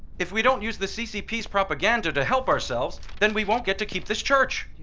if we don't use the ccp's propaganda to help ourselves, then we won't get to keep this church.